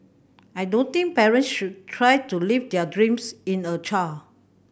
I don't think parents should try to live their dreams in a child